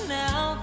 now